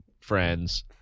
friends